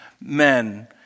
men